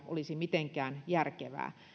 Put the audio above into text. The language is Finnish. olisi mitenkään järkevää